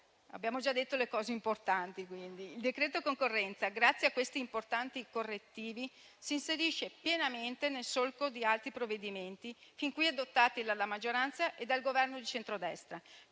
di provenienza. Il disegno di legge concorrenza, grazie a questi importanti correttivi, si inserisce pienamente nel solco di altri provvedimenti fin qui adottati dalla maggioranza e dal Governo di centrodestra,